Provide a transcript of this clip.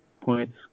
points